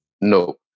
No